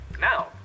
now